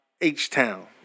H-Town